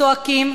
זועקים.